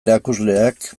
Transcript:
erakusleak